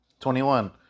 21